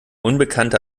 unbekannte